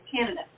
Canada